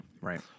Right